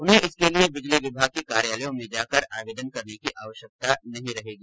उन्हें इसके लिये बिजली विभाग के कार्यालय में जाकर आवेदन करने की आवश्यकता नही रहेगी